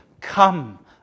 Come